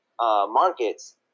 markets